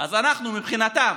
אז אנחנו מבחינתם